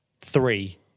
three